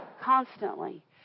Constantly